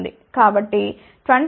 కాబట్టి 20 dB విలువ 0